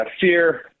fear